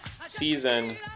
season